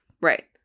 Right